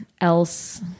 else